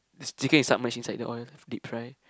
this chicken is submerge inside the oil deep fry